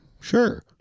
Sure